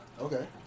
Okay